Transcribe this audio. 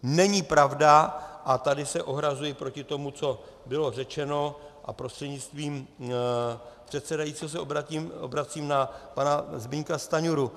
Není pravda, a tady se ohrazuji proti tomu, co bylo řečeno, prostřednictvím předsedajícího se obracím na pana Zbyňka Stanjuru.